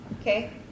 okay